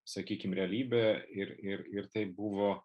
sakykim realybę ir ir tai buvo